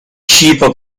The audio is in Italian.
cibo